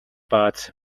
but